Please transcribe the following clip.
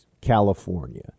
California